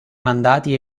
mandati